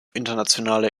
internationaler